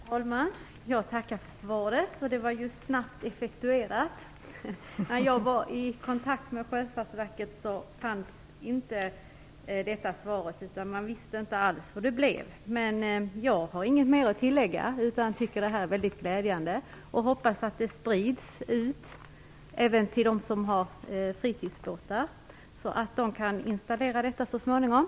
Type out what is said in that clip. Fru talman! Jag tackar för svaret. Detta var snabbt effektuerat. När jag var i kontakt med Sjöfartsverket fanns inte detta svar. Man visste inte alls hur det skulle bli. Jag har inget mer att tillägga utan tycker att detta svar är mycket glädjande. Jag hoppas att det här så småningom även kommer att omfatta dem som har fritidsbåtar. Tack!